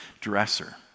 dresser